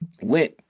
Went